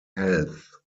health